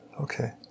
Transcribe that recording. Okay